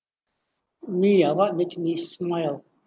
me ah what makes me smile